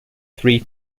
three